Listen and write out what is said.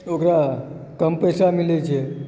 ओकरा कम पैसा मिलैत छै